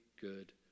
good